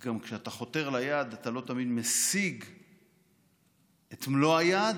גם כשאתה חותר ליעד אתה לא תמיד משיג את מלוא היעד,